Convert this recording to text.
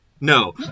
no